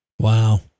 Wow